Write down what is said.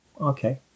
Okay